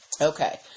Okay